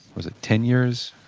was it ten years,